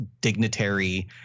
dignitary